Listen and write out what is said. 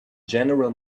general